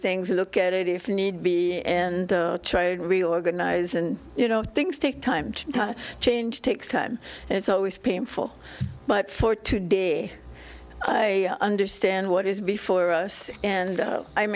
things look at it if need be and try and reorganize and you know things take time to change takes time and it's always painful but for today i understand what is before us and